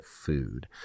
food